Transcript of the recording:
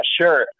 sure